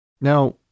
Now